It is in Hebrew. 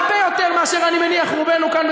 הרבה יותר מאשר אני מניח רובנו כאן,